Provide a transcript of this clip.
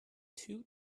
two